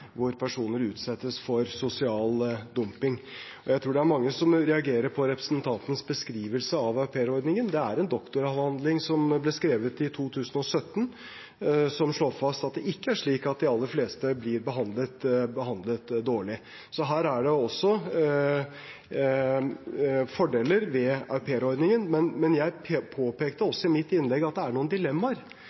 hvor personer utsettes for sosial dumping. Jeg tror det er mange som reagerer på representantens beskrivelse av aupairordningen. En doktoravhandling som ble skrevet i 2017, slår fast at det ikke er slik at de aller fleste blir behandlet dårlig. Så her er det også fordeler ved aupairordningen. Men jeg påpekte også i mitt innlegg at det er noen dilemmaer.